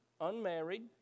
unmarried